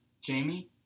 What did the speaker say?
Jamie